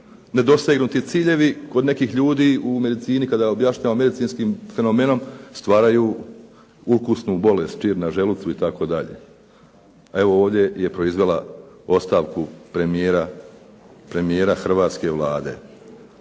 nedosegnuti ciljevi kod nekih ljudi u medicini kada objašnjava medicinskim fenomenom stvaraju ulkusnu bolest, čir na želucu itd., a evo ovdje je proizvela ostavku premijera hrvatske Vlade.